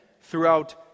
throughout